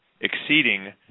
exceeding